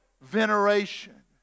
veneration